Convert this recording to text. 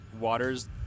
waters